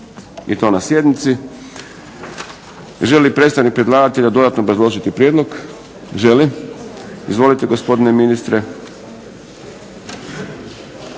i to na sjednici. Želi li predstavnik predlagatelja dodatno obrazložiti prijedlog? Želi. Izvolite gospodine ministre.